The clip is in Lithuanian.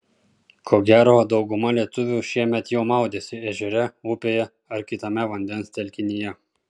ko gero dauguma lietuvių šiemet jau maudėsi ežere upėje ar kitame vandens telkinyje